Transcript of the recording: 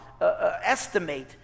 estimate